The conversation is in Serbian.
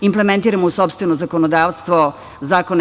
Implementiramo u sopstveno zakonodavstvo zakone EU.